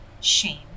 shame